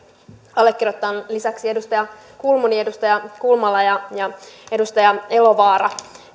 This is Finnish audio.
allekirjoittaneen lisäksi edustaja kulmuni edustaja kulmala ja ja edustaja elovaara